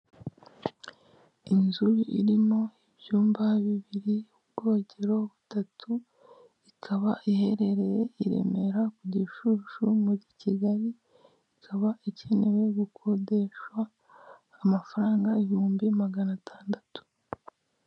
Inzu irimo ibyumba bibiri, ubwogero butatu, ikaba iherereye i Remera ku Gishushu, muri Kigali. Ikaba ikenewe gukodeshwa amafaranga ibihumbi magana atandatu.